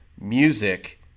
music